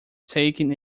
taken